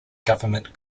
government